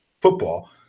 football